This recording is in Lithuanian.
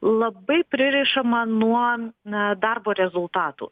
labai pririšama nuo na darbo rezultatų